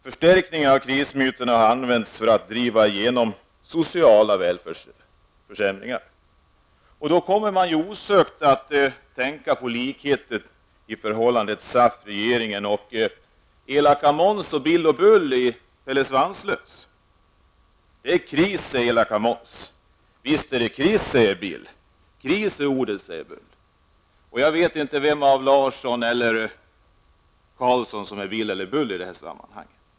Förstärkningen av krismyterna har använts för att driva igenom sociala välfärdsförsämringar. Osökt kommer jag att tänka på likheten i förhållandet mellan SAF och regeringen och förhållandet mellan elaka Måns och Bill och Bull i Pelle Svanslös: Det är kris, säger elaka Måns. Visst är det kris, säger Bill. Kris är ordet, säger Bull. Jag vet inte om det är Allan Larsson som är Bill och Ingvar Carlsson som är Bull eller tvärtom.